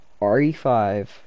RE5